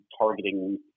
targeting